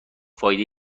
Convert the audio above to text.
فایده